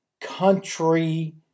country